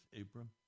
Abram